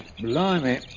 Blimey